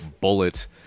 bullet